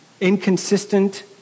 inconsistent